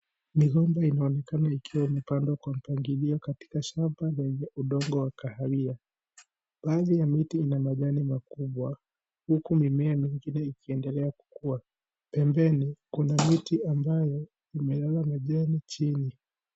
Migomba inaonekana ikiwa imepandwa kwa mpangilio katika shamba la vya udongo wa kaharia. Baadhi ya miti ina majani makubwa huku mimea mengine ikiendelea kukua. Pembeni kuna miti ambayo imelala majani chini.